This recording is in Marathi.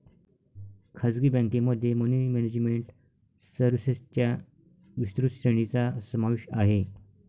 खासगी बँकेमध्ये मनी मॅनेजमेंट सर्व्हिसेसच्या विस्तृत श्रेणीचा समावेश आहे